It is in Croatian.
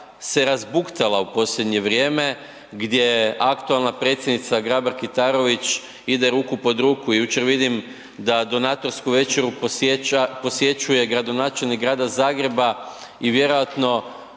razbuktala u posljednje vrijeme gdje aktualna predsjednica Grabar Kitarović ide ruku pod ruku, jučer vidim da donatorsku večeru posjećuje gradonačelnik grada Zagreba i vjerojatno